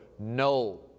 No